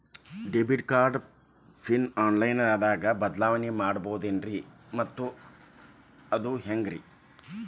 Debit card PIN online ದಾಗ ಬದಲಾವಣೆ ಮಾಡಬಹುದೇನ್ರಿ ಮತ್ತು ಅದು ಹೆಂಗ್ರಿ?